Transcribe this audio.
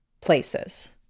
places